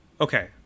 Okay